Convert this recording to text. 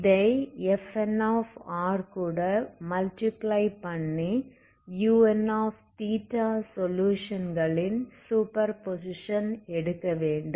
இதை Fnr கூட multiply பண்ணி unθசொலுயுஷன்களின் சூப்பர் பொசிசன் எடுக்கவேண்டும்